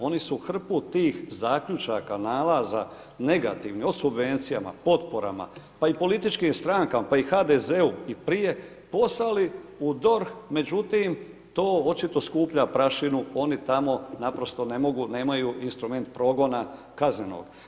Oni su hrpu tih zaključaka, nalaza, negativnih o subvencijama, potporama, pa i političkim strankama, pa i HDZ-u i prije poslali u DORH, međutim, to očito skuplja prašinu, oni tamo naprosto ne mogu, nemaju instrument progona kaznenog.